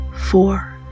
four